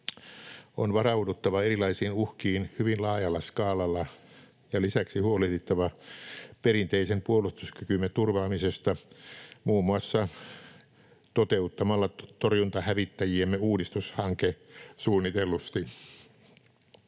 On varauduttava erilaisiin uhkiin hyvin laajalla skaalalla ja lisäksi huolehdittava perinteisen puolustuskykymme turvaamisesta muun muassa toteuttamalla torjuntahävittäjiemme uudistushanke suunnitellusti.